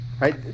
right